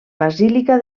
basílica